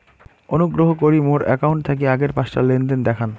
অনুগ্রহ করি মোর অ্যাকাউন্ট থাকি আগের পাঁচটা লেনদেন দেখান